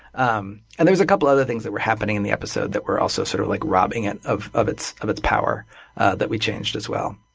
um and there was a couple other things that were happening in the episode that were also sort of like robbing it of of its power its power that we changed, as well.